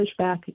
pushback